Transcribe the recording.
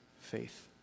faith